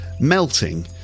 Melting